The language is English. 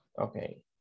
Okay